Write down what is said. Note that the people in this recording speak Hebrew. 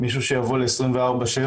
מישהו שיבוא ל-24/7